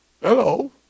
Hello